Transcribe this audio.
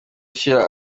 ushyira